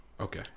Okay